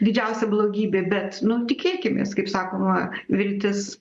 didžiausia blogybė bet nu tikėkimės kaip sakoma viltis